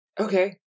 Okay